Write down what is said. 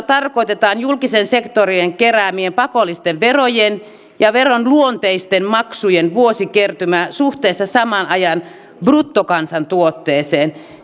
tarkoitetaan julkisen sektorin keräämien pakollisten verojen ja veronluonteisten maksujen vuosikertymää suhteessa saman ajan bruttokansantuotteeseen